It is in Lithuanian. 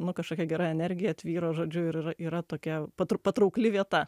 nu kažkokia gera energija tvyro žodžiu ir yra tokia patru patraukli vieta